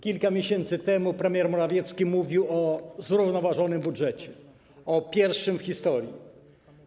Kilka miesięcy temu premier Morawiecki mówił o zrównoważonym budżecie, pierwszym w historii.